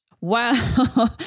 Wow